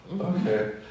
Okay